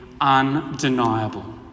undeniable